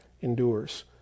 endures